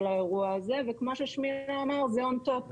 האירוע הזה וכמו ששמילה אמר זה on top,